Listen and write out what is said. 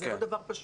זה לא דבר פשוט.